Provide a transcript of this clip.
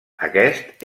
aquest